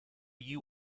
you